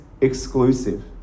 exclusive